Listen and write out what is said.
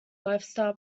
lifestyle